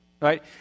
right